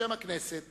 בשם הכנסת